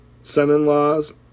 son-in-laws